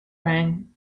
rang